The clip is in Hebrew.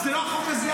אבל זה לא החוק הזה.